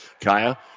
Kaya